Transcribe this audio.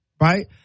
Right